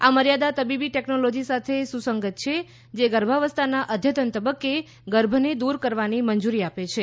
આ મર્યાદા તબીબી ટેકનોલોજી સાથે સુસંગત છે જે ગર્ભાવસ્થાના અદ્યતન તબક્કે ગર્ભને દૂર કરવાની મંજૂરી આપે છે